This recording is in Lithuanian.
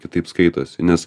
kitaip skaitosi nes